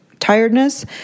Tiredness